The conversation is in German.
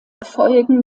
folgen